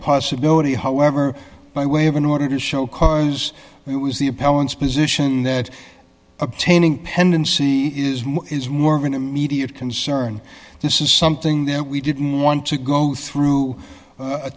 possibility however by way of an order to show cause it was the appellant's position that obtaining pendency is more is more of an immediate concern this is something that we didn't want to go through a